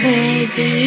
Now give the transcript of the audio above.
Baby